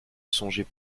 songeait